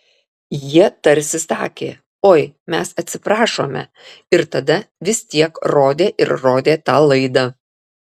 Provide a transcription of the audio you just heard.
jie tarsi sakė oi mes atsiprašome ir tada vis tiek rodė ir rodė tą laidą